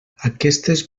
aquestes